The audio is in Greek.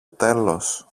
τέλος